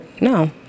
No